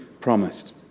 promised